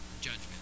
judgment